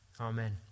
Amen